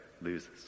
loses